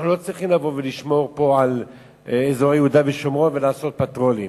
אנחנו לא צריכים לשמור פה על אזור יהודה ושומרון ולעשות פטרולים,